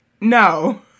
no